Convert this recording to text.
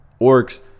Orcs